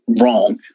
wrong